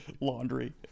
laundry